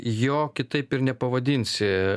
jo kitaip ir nepavadinsi